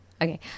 Okay